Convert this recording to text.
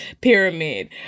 pyramid